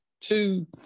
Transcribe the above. two